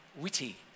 witty